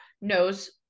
knows